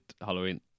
Halloween